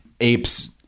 apes